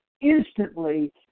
instantly